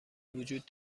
وجود